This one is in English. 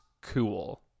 cool